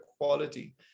quality